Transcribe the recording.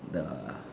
the